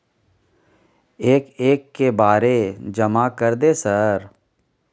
एक एक के बारे जमा कर दे सर?